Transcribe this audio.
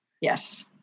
Yes